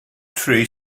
tree